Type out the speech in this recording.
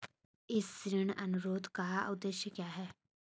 इस ऋण अनुरोध का उद्देश्य क्या है?